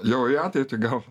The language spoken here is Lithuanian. jau į ateitį gal